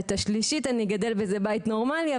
השלישית אני כבר אגדל באיזה בית נורמלי,